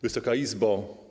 Wysoka Izbo!